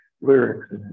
lyrics